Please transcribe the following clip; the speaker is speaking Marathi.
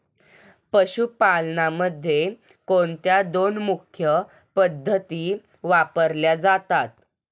पशुपालनामध्ये कोणत्या दोन मुख्य पद्धती वापरल्या जातात?